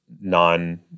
non